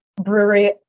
brewery